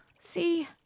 See